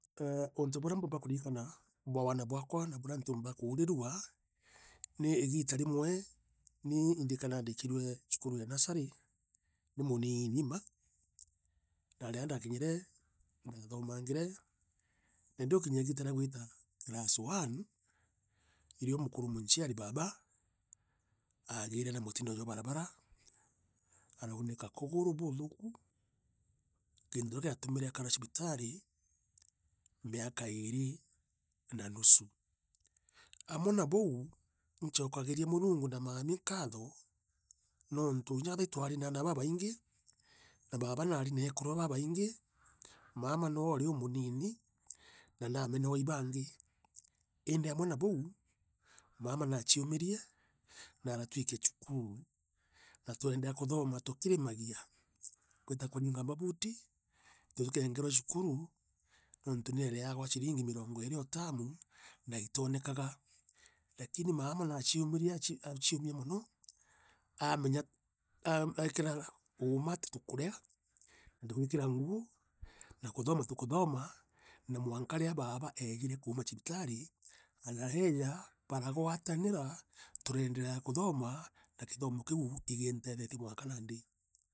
uuntu buria mbumba kurikana bwa waana bwakwa na ntiumba kuuriirwa, ni igiita rimwe, ni indikanaa ndaikirue cukuru ya nursery, ndi muniiini ma, na riria ndaakinyire, indathomangire, na ndiukinya igita ria gwiita class one, irio mukuru munchiari baaba aagire na mutino jwa barabara araunika kuguru buuthuku, kintu kira giatumire akara cibitari miaka iiri na nusu. Aamwe na buu. inchokagiria Murungu na maami nkaatho, nontu kinya kethira itwari na aana babaingi, na baaba naari na eekuru babaingi, maama noe aari uumuniini, na namenawa i baangi, iindi aawe a bouu, maama nachiomirie, na aratwikia cukuru, na twendea kuthooma tukirimagia, gwita kuringa mabuti, tutikeengirwe cukuru, nontu nieriagwa chiringi mirongo iiri o tamu, naitoonekaga. Lakini maama nachiomerie achiumia mono aamenya uum aikira uuma ati tukurea, na tugwikira nguo, na kuthoma tukuthoma, na mwanka riria baaba eejire kuuma cibitari, aareeja, baragwatanira, tureenderea kuthoma na kithomo kiu ikinteethetie mwanka nandi.